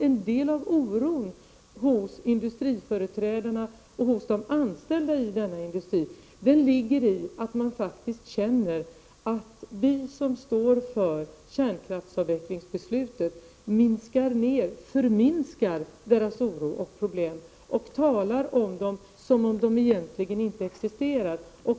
En del av oron hos industriföreträdarna och de anställda i denna industri ligger i att de känner att vi som står för kärnkraftsavvecklingsbeslutet förringar deras oro och problem och talar om dem som om de egentligen inte existerar.